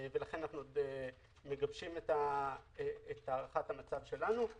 ולכן אנחנו עוד מגבשים את הערכת המצב שלנו.